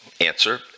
Answer